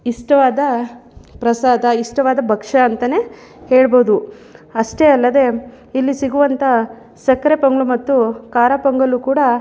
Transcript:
ಇಷ್ಟವಾದ ಪ್ರಸಾದ ಇಷ್ಟವಾದ ಭಕ್ಷ ಅಂತಾ ಹೇಳ್ಬೋದು ಅಷ್ಟೇ ಅಲ್ಲದೆ ಇಲ್ಲಿ ಸಿಗುವಂಥ ಸಕ್ಕರೆ ಪೊಂಗಲ್ಲು ಮತ್ತು ಖಾರ ಪೊಂಗಲ್ಲು ಕೂಡ